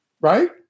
Right